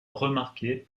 remarquer